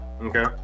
Okay